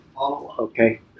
Okay